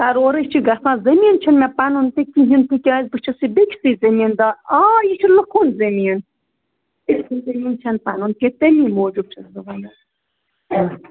سورُے چھُ گژھان زٔمیٖن چھُنہٕ مےٚ پَنُن تہِ کِہیٖنٛۍ تِکیٛازِ بہٕ چھُسے بیٚکِسٕے زٔمیٖنٛدار آ یہِ چھُ لکُن زٔمیٖن زٔمیٖن چھُنہٕ پَنُن کیٚنٛہہ تٔمی موٗجوٗب چھَس بہٕ ونان